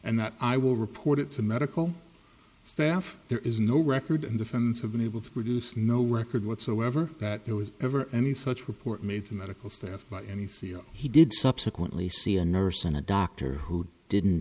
and that i will report it to medical staff there is no record and the fans have been able to produce no record whatsoever that there was ever any such report made to medical staff by any c e o he did subsequently see a nurse in a doctor who didn't